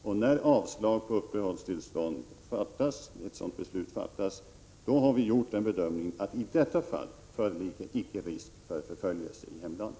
När beslut om avslag på ansökan om uppehållstillstånd fattas har vi gjort bedömningen att risk för förföljelse i hemlandet inte föreligger i det fallet.